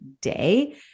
day